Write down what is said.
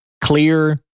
clear